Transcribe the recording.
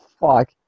fuck